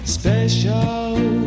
special